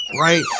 Right